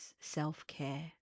self-care